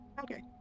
Okay